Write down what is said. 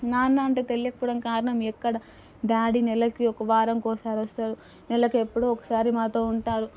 నాన్న అంటే తెలియకపోవడానికి కారణం ఎక్కడ డాడీ నెలకి ఒక వారంకి ఒకసారి వస్తారు నెలకి ఎప్పుడో ఒకసారి మాతో ఉంటారు